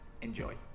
Enjoy